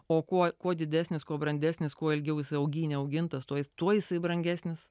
o kuo kuo didesnis kuo brandesnis kuo ilgiau jis augyne augintas tuoj tuoj jisai brangesnis